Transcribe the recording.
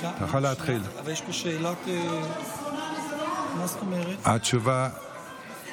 באמת, אייכלר, זה לא מתאים לכם.